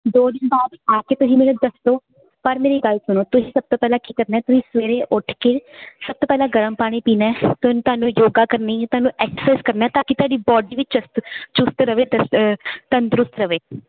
ਦੋ ਦਿਨ ਬਾਅਦ ਆ ਕੇ ਤੁਸੀਂ ਮੈਨੂੰ ਦੱਸਦੋ ਪਰ ਮੇਰੀ ਗੱਲ ਸੁਣੋ ਤੁਸੀਂ ਸਭ ਤੋਂ ਪਹਿਲਾਂ ਕੀ ਕਰਨਾ ਤੁਸੀਂ ਸਵੇਰੇ ਉੱਠ ਕੇ ਸਭ ਤੋਂ ਪਹਿਲਾਂ ਗਰਮ ਪਾਣੀ ਪੀਣਾ ਤੁਹਾਨੂੰ ਜੋਗਾ ਕਰਨੀ ਹੈ ਤੁਹਾਨੂੰ ਐਕਸੈਸ ਕਰਨਾ ਤਾਂ ਕੀ ਤੁਹਾਡੀ ਬਾਡੀ ਵੀ ਚੁਸਤ ਚੁਸਤ ਰਵੇ ਤੰਦ ਤੰਦਰੁਸਤ ਰਵੇ